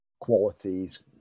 qualities